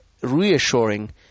reassuring